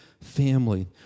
family